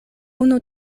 unu